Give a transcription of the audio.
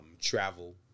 travel